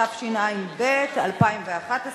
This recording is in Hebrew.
התשע"ב 2011,